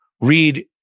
read